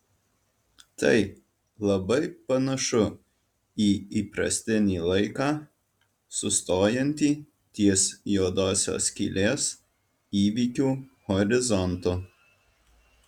tai labai panašu į įprastinį laiką sustojantį ties juodosios skylės įvykių horizontu